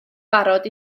barod